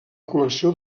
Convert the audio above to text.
col·lecció